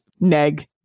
neg